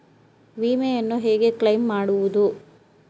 ವಿಮೆಯನ್ನು ಹೇಗೆ ಕ್ಲೈಮ್ ಮಾಡುವುದು?